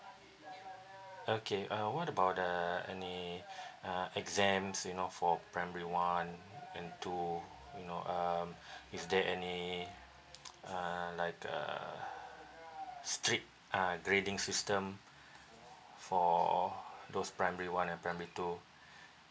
okay uh what about the any uh exams you know for primary one and two you know um is there any uh like a strict uh grading system for those primary one and primary two